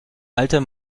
alter